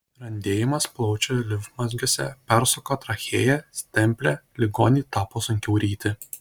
randėjimas plaučių limfmazgiuose persuko trachėją stemplę ligonei tapo sunkiau ryti